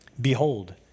Behold